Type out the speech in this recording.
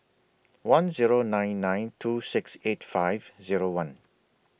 one Zero nine nine two six eight five Zero one